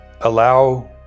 allow